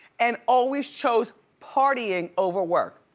and always chose partying over work.